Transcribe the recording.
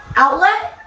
outlet?